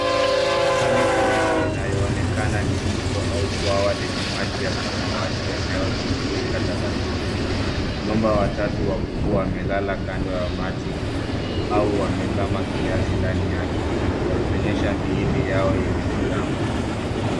Hali halisi inayoonekana ni mto au bwawa lenye maji ya samawati yanayotiririka taratibu. Mamba watatu wakubwa wamelala kando ya maji au wamezama kiasi ndani yake, wakionyesha miili yao yenye magamba.